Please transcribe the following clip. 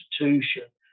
institution